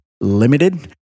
limited